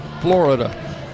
Florida